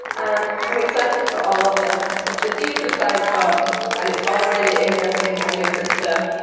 ah i'm excited for all of them. it's a decent-sized haul and it's all really interesting and different stuff.